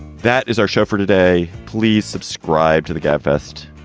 that is our show for today. please subscribe to the gabfest.